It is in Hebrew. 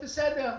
בסדר,